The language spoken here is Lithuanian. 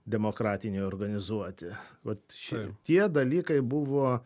demokratiniai organizuoti vat šitie dalykai buvo